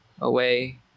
away